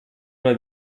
una